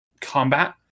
combat